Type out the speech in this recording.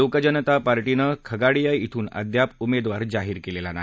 लोकजनता पार्टीनं खगाडीया इथून अद्याप उमेदवार जाहीर केलेला नाही